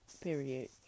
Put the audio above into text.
period